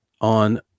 on